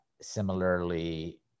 Similarly